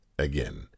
Again